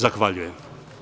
Zahvaljujem.